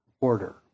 order